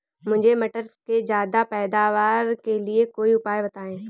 मुझे मटर के ज्यादा पैदावार के लिए कोई उपाय बताए?